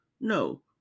no